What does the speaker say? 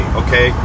okay